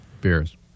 Beers